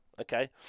Okay